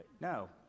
No